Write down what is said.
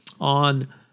on